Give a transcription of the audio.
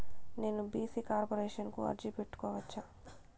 నేను BC corporation కు అర్జీ పెట్టుకోవచ్చా?